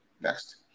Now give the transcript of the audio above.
Next